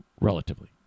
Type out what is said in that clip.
relatively